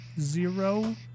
zero